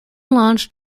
launched